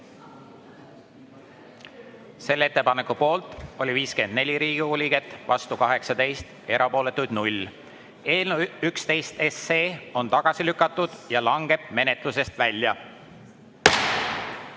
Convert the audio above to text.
Selle ettepaneku poolt oli 54 Riigikogu liiget, vastu 18, erapooletuid 0. Eelnõu 11 on tagasi lükatud ja langeb menetlusest välja.